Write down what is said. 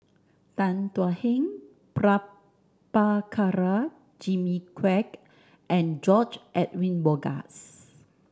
Tan Thuan Heng Prabhakara Jimmy Quek and George Edwin Bogaars